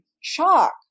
shock